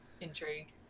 intrigue